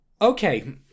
Okay